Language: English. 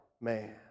man